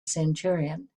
centurion